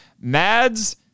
Mads